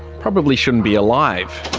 probably shouldn't be alive.